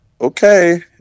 okay